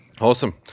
Awesome